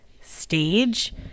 stage